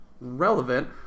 relevant